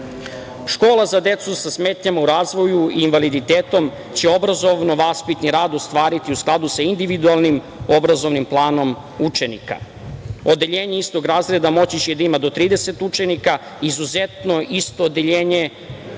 školu. Škola za decu sa smetnjama u razvoju i invaliditetom će obrazovno-vaspitni rad ostvariti u skladu sa individualnim obrazovnim planom učenika. Odeljenje istog razreda moći će da ima do 30 učenika, izuzetno isto odeljenje istog